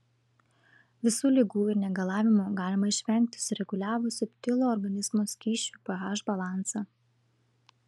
visų ligų ir negalavimų galima išvengti sureguliavus subtilų organizmo skysčių ph balansą